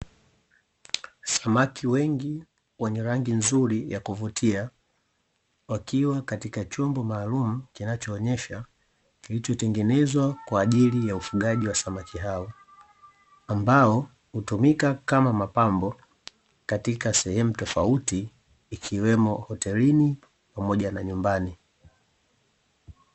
Samaki wengi wenye rangi nzuri ya kuvutia wakiwa katika chombo maalumu kinachoonyesha, kilichotengenezwa kwa ajili ya ufugaji wa samaki hao ambao hutumika kama mapambo katika sehemu tofauti, ikiwemo hotelini pamoja na nyumbani.